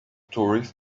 tourists